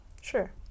Sure